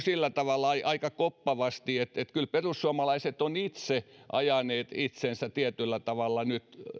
sillä tavalla aika koppavasti että kyllä perussuomalaiset ovat nyt itse ajaneet itsensä tietyllä tavalla